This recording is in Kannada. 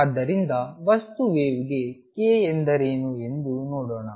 ಆದ್ದರಿಂದ ವಸ್ತು ವೇವ್ಗೆ k ಎಂದರೇನು ಎಂದು ನೋಡೋಣ